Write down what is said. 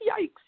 Yikes